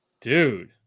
Dude